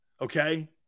Okay